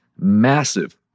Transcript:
massive